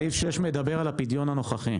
סעיף 6 מדבר על הפדיון הנוכחי.